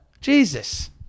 Jesus